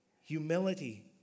humility